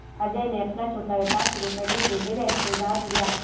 अजय ने अपना छोटा व्यापार शुरू करने के लिए बैंक से उधार लिया